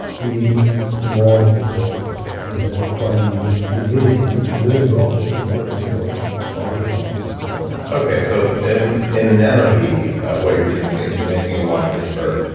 we need small water vessels. that is why we use humidity, little droplets, the air flow for our technology okay. so, in in the nanovi, what you're doing is you're making a water vapor,